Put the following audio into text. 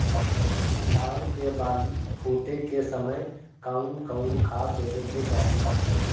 धान के बाली फुटे के समय कउन कउन खाद देवे के चाही?